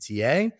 TA